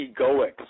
egoic